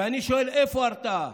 ואני שואל איפה ההרתעה.